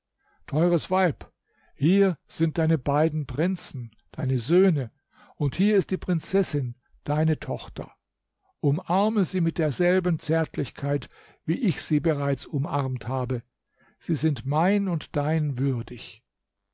teures weib hier sind die beiden prinzen deine söhne und hier ist die prinzessin deine tochter umarme sie mit derselben zärtlichkeit wie ich sie bereits umarmt habe sie sind mein und dein würdig